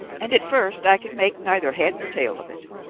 and at first i could make neither head nor tail of it.